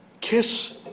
Kiss